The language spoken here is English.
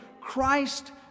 Christ